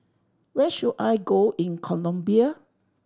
where should I go in Colombia